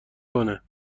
کنه